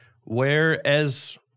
whereas